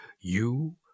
You